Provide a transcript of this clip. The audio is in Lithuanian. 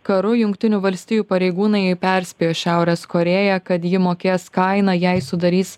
karu jungtinių valstijų pareigūnai perspėjo šiaurės korėją kad ji mokės kainą jei sudarys